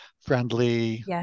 friendly